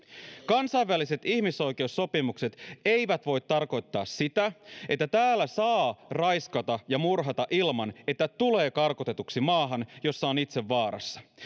kansainväliset ihmisoikeussopimukset eivät voi tarkoittaa sitä että täällä saa raiskata ja murhata ilman että tulee karkotetuksi maahan jossa on itse vaarassa